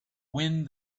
wind